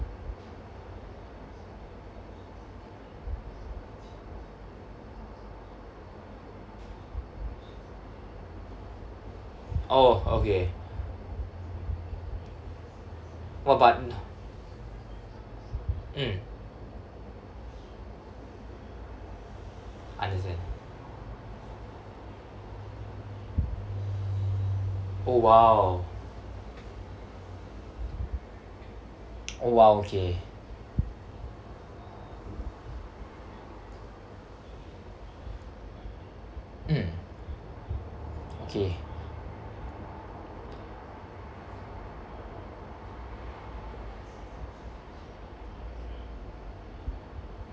oh okay !wah! but mm understand oh !wow! oh !wow! okay mm okay